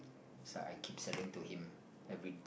so I keep selling to him every